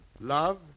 Love